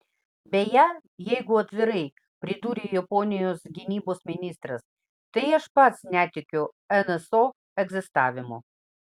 beje jeigu atvirai pridūrė japonijos gynybos ministras tai aš pats netikiu nso egzistavimu